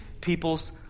people's